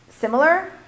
similar